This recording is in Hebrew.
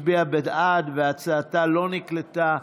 היא הצביעה בעד, והצבעתה לא נקלטה.